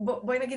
בואי נגיד,